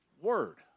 word